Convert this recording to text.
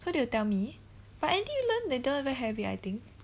so they will tell me but N_T_U learn they don't even have it I think